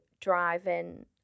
driving